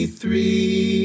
three